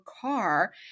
car